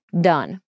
done